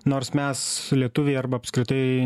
nors mes lietuviai arba apskritai